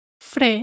fre